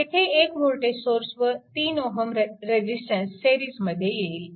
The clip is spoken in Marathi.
तेथे एक वोल्टेज सोर्स व एक 3 Ω रेजिस्टन्स सिरीजमध्ये येईल